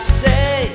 say